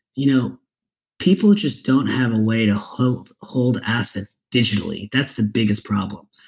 you know people just don't have a way to hold hold assets digitally. that's the biggest problem,